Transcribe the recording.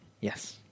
Yes